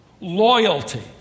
loyalty